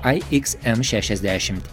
ai x m šešiasdešimt